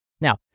Now